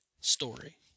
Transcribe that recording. story